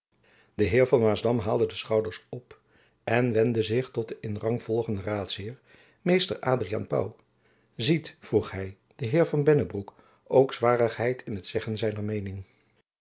de heer van maasdam haalde de schouders op en wendde zich tot den in rang volgenden raadsheer mr adriaan pauw ziet vroeg hy de heer van bennebroek ook zwarigheid in het zeggen zijner meening